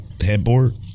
headboard